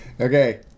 Okay